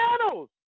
channels